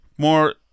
more